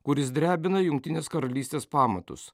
kuris drebina jungtinės karalystės pamatus